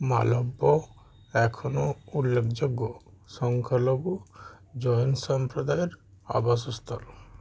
মালব্য এখনও উল্লেকযোগ্য সংখ্যালঘু জৈন সম্প্রদায়ের আবাসস্থল